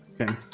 okay